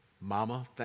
Mama